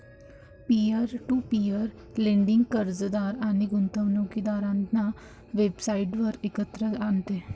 peer to peer lending कर्जदार आणि गुंतवणूकदारांना वेबसाइटवर एकत्र आणते